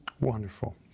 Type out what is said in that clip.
Wonderful